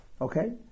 Okay